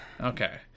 Okay